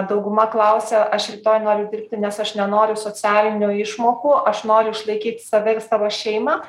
dauguma klausia aš rytoj noriu dirbti nes aš nenoriu socialinių išmokų aš noriu išlaikyti save ir savo šeimą